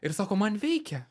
ir sako man veikia